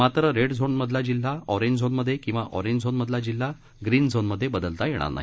मात्र red zone मधला जिल्हा ऑरेंज झोनमधे किंवा ऑरेंज झोनमधला जिल्हा ग्रीन झोनमधे बदलता येणार नाही